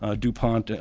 ah dupont, ah